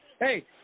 hey –